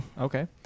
Okay